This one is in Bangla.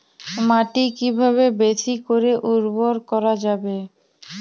মাটি কিভাবে বেশী করে উর্বর করা যাবে?